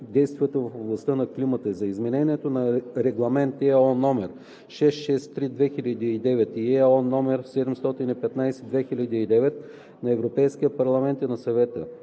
действията в областта на климата, за изменение на регламенти (ЕО) № 663/2009 и (ЕО) № 715/2009 на Европейския парламент и на Съвета,